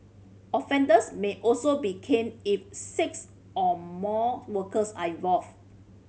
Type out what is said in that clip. offenders may also be caned if six or more workers are involved